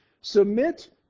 Submit